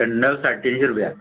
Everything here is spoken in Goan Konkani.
सेंडल सडे तिनशी रुपया